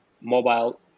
mobile